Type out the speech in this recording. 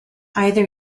either